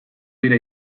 dira